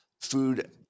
food